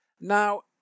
Now